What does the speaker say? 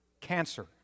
cancer